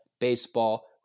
baseball